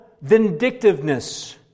vindictiveness